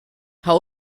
how